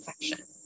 infection